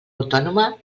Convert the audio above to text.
autònoma